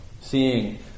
seeing